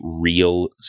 real